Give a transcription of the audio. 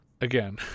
again